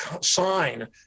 sign